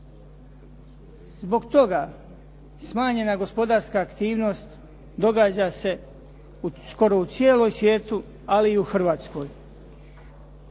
Zbog toga, smanjena gospodarska aktivnost događa se u skoro cijelom svijetu ali i u Hrvatskoj.